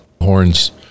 horns